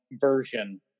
version